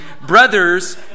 brothers